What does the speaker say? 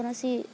କୌଣସି